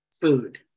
food